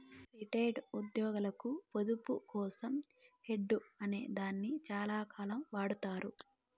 retired ఉద్యోగులకు పొదుపు కోసం హెడ్జ్ అనే దాన్ని చాలాకాలం వాడతారు